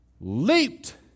leaped